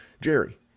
Jerry